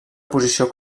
posició